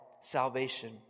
salvation